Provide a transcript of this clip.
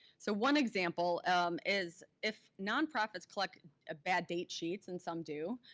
so one example is if non-profits collect ah bad date sheets, and some do,